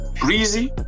breezy